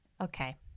Okay